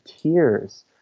tears